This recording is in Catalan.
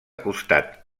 costat